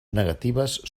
negatives